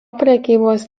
prekybos